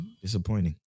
disappointing